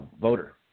voter